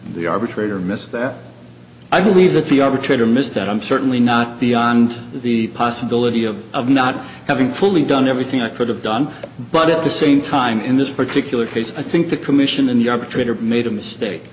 the arbitrator missed that i believe that the arbitrator missed that i'm certainly not beyond the possibility of of not having fully done everything i could have done but at the same time in this particular case i think the commission and the arbitrator made a mistake